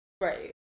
right